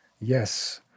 Yes